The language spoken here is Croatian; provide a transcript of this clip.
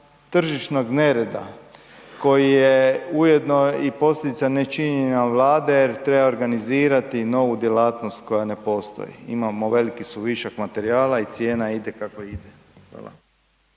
tržišnog nereda koji je ujedno i posljedica nečinjenja Vlade jer treba organizirati novu djelatnost koja ne postoji. Imamo veliku su višak materijala i cijena ide kako ide. Hvala.